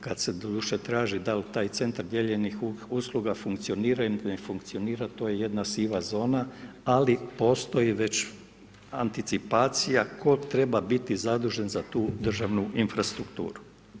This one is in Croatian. Kad se doduše traži dal' taj centar dijeljenih usluga funkcionira ili ne funkcionira, to je jedna siva zona ali postoji već anticipacija tko treba biti zadužen za tu državnu infrastrukturu.